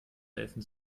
helfen